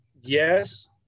yes